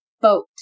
boat